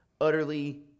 utterly